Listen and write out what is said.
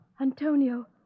Antonio